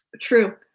true